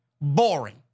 Boring